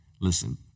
listen